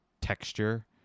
texture